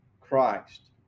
Christ